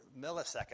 millisecond